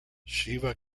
shiva